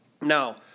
Now